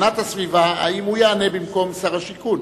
האם הוא יענה במקום שר השיכון.